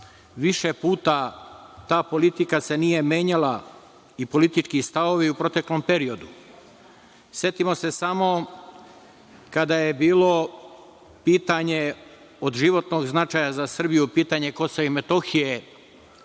više puta ta politika se nije menjala i politički stavovi u proteklom periodu. Setimo se samo kada je bilo pitanje od životnog značaja za Srbiju, pitanje KiM